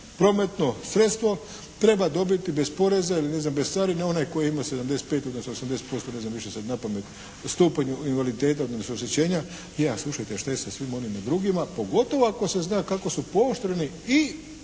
prometno sredstvo treba dobiti bez poreza ili ne znam bez carine onaj koji ima 75, odnosno 80% ne znam više sad na pamet stupanj invaliditeta, odnosno oštećenja. Je a slušajte, šta je sa svim onima drugima, pogotovo ako se zna kako su pooštreni i